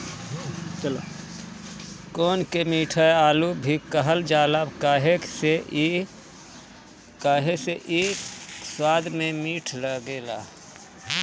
कोन के मीठा आलू भी कहल जाला काहे से कि इ स्वाद में मीठ लागेला